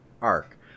arc